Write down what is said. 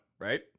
right